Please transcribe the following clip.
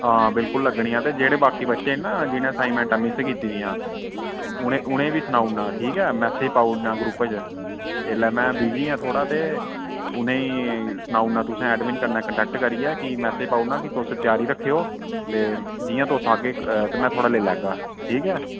हां बिलकुल लग्गनिया ते जेह्ड़े बाकी बच्चे न जि'नें असाइनमेंटा मिस कीती दियां न उ'नें बी उ'नें बी सनाऊ उड़ना ठीक ऐ मैसेज पाई ओड़ना ग्रुप च एल्लै में बिज़ी आं थोह्ड़ा ते उ'नेंगी सनाऊ उड़ना तुसें ऐडमिन कन्नै कांटेक्ट करियै कि मैसेज पाई ओड़ना कि त्यारी रक्खेओ ते जियां तुस आह्गे में थुहाड़ा लेई लैगा ठीक ऐ